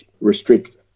restrict